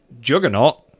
Juggernaut